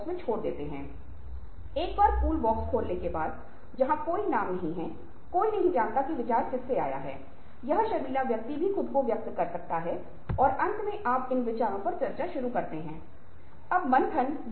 बातचीत में यह बहुत महत्वपूर्ण है क्योंकि वैधता को भी सम्मानित किया जाना चाहिए और जब भी हम बातचीत कर रहे हैं कि क्या वैध है क्या अन्य व्यक्ति अन्य पार्टी के लिए वैध है